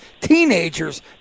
teenagers